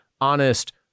honest